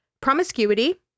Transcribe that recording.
Promiscuity